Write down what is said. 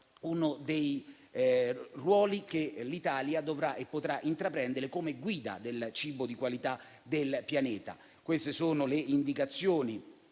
uno dei ruoli che l'Italia dovrà e potrà intraprendere come guida per il cibo di qualità del pianeta. Queste sono le indicazioni